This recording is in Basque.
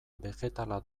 begetala